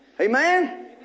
Amen